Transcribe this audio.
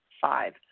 five